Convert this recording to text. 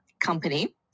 company